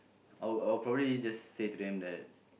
I'll I'll probably just say to them that